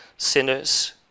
sinners